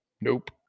Nope